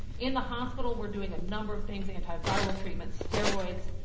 in the hospital we're doing a number of things, antiviral treatments, steroids,